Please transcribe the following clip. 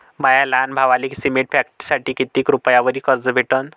माया लहान भावाले सिमेंट फॅक्टरीसाठी कितीक रुपयावरी कर्ज भेटनं?